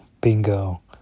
Bingo